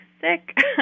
sick